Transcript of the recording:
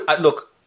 Look